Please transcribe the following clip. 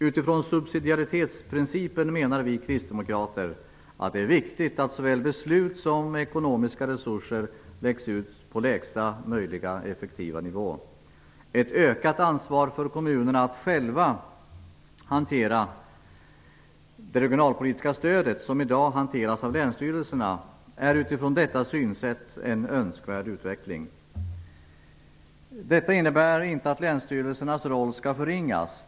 Utifrån subsidiaritetsprincipen menar vi kristdemokrater att det är viktigt att såväl beslut som ekonomiska resurser läggs ut på lägsta möjliga effektiva nivå. Ett ökat ansvar för kommunerna att själva hantera det regionalpolitiska stödet, som i dag hanteras av länsstyrelserna, är utifrån detta synsätt en önskvärd utveckling. Detta innebär inte att länsstyrelsernas roll skall förringas.